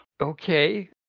Okay